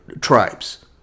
tribes